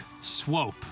Swope